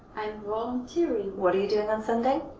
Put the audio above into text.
i'm volunteering. what are you doing on sunday?